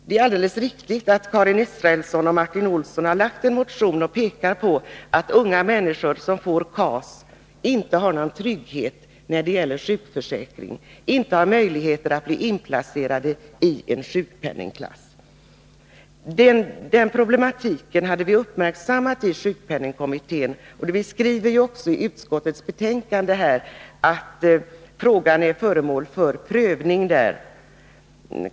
Det är alldeles riktigt att Karin Israelsson och Onsdagen den Martin Olsson har väckt en motion, där de framhåller att unga människor 15 december 1982 som får KAS inte har någon trygghet när det gäller sjukförsäkring och inte har möjligheter att bli inplacerade i en sjukpenningklass. Den problematiken uppmärksammade vi i sjukpenningkommittén. Vi skriver ju också i utskottsbetänkandet att frågan är föremål för prövning.